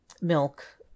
milk